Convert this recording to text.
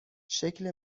شکل